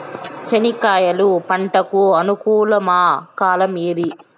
చెనక్కాయలు పంట కు అనుకూలమా కాలం ఏది?